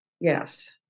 Yes